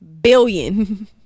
billion